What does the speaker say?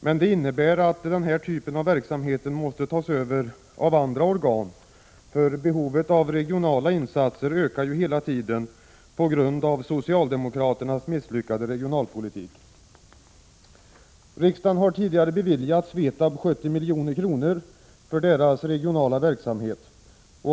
Men det innebär att denna typ av verksamhet måste tas över av andra organ, för behovet av regionala insatser ökar ju hela tiden på grund av socialdemokraternas misslyckade regionalpolitik. Riksdagen har tidigare beviljat Svetab 70 milj.kr. för dess regionala verksamhet.